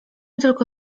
tylko